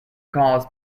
cause